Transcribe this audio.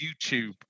YouTube